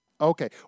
Okay